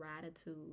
gratitude